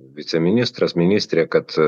viceministras ministrė kad